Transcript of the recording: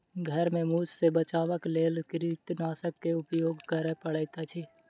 घर में मूस सॅ बचावक लेल कृंतकनाशक के उपयोग करअ पड़ैत अछि